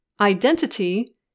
identity